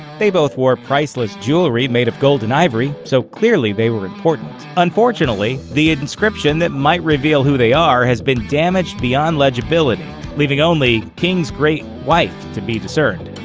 they both wore priceless jewelry made of gold and ivory, so clearly they were important. unfortunately, the inscription that might reveal who they are has been damaged beyond legibility leaving only king's great wife to be discerned.